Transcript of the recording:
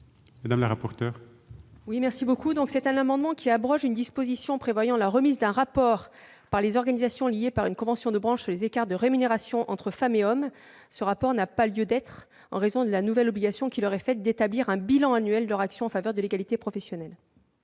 Mme le rapporteur. Cet amendement vise à abroger une disposition prévoyant la remise d'un rapport par les organisations liées par une convention de branche sur les écarts de rémunération entre femmes et hommes. Ce rapport n'a pas lieu d'être en raison de la nouvelle obligation qui leur est imposée d'établir un bilan annuel de leurs actions en faveur de l'égalité professionnelle.